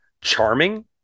charming